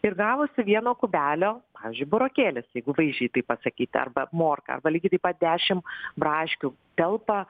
ir gavosi vieno kubelio pavyzdžiui burokėlis jeigu vaizdžiai tai pasakyti arba morka arba lygiai taip pat dešim braškių telpa